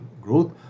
growth